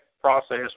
process